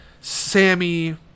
Sammy